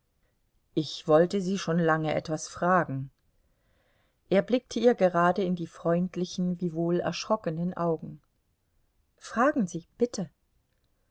ich wollte sie schon lange etwas fragen er blickte ihr gerade in die freundlichen wiewohl erschrockenen augen fragen sie bitte